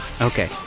Okay